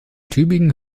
tübingen